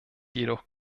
jedoch